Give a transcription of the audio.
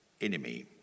enemy